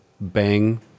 bang